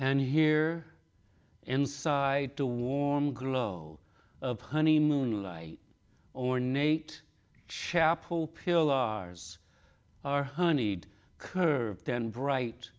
and here inside to warm glow of honey moonlight ornate chapel pill ours our honeyed curved then bright